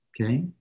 okay